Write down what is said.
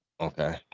Okay